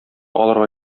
алырга